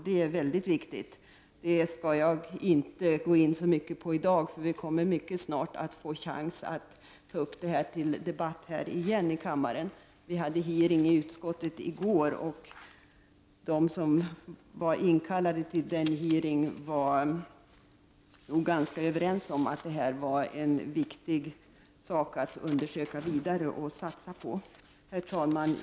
Detta är mycket viktigt, men jag skall inte gå in på det så mycket i dag, eftersom vi mycket snart kommer att få möjlighet att ta upp det till debatt snart igen här i kammaren. Vi hade en utfrågning i utskottet i går, och de som var inkallade till denna var ganska överens om att detta var en viktig fråga att undersöka vidare och satsa på. Herr talman!